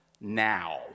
now